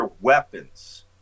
weapons